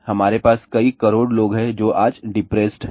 हमारे पास कई करोड़ लोग हैं जो आज डिप्रेस्ड हैं